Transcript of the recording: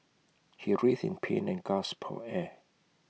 he writhed in pain and gasped for air